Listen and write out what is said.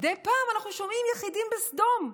מדי פעם אנחנו שומעים יחידים בסדום,